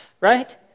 Right